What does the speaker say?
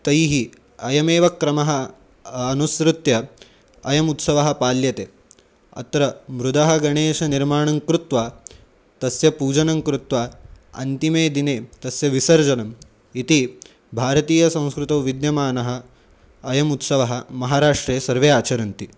तैः अयमेव क्रमः अनुसृत्य अयम् उत्सवः पाल्यते अत्र मृदा गणेशनिर्माणं कृत्वा तस्य पूजनं कृत्वा अन्तिमे दिने तस्य विसर्जनम् इति भारतीयसंस्कृतौ विद्यमानः अयम् उत्सवः महाराष्ट्रे सर्वे आचरन्ति